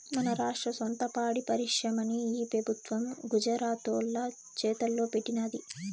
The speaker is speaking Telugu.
మన రాష్ట్ర సొంత పాడి పరిశ్రమని ఈ పెబుత్వం గుజరాతోల్ల చేతల్లో పెట్టినాది